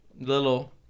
little